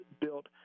built